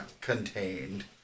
contained